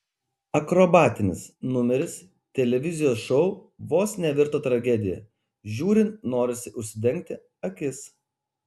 akrobatinis numeris televizijos šou vos nevirto tragedija žiūrint norisi užsidengti akis